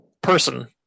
person